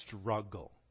struggle